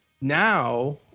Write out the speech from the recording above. Now